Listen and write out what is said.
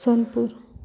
Sonepur